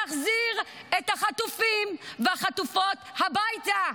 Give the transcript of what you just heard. להחזיר את החטופים והחטופות הביתה.